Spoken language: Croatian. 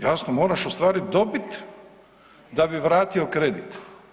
Jasno moraš ostvarit dobit da bi vratio kredit.